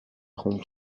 rompre